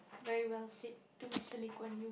very well said to Mister-Lee-Kuan-Yew